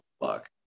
fuck